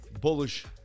bullish